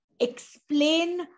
explain